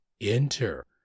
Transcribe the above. enter